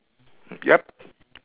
yup